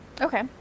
Okay